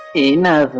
enough